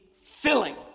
filling